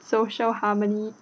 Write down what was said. social harmony